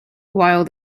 while